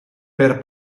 per